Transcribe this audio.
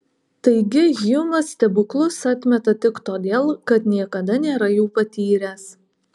taigi hjumas stebuklus atmeta tik todėl kad niekada nėra jų patyręs